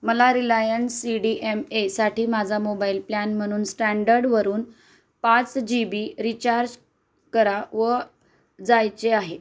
मला Reliance C D M एसाठी माझा मोबाइल प्ल्यॅन म्हणून स्ट्रँडर्डवरून पाच जी बी रिचार्ज करा व जायचे आहे